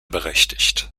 berechtigt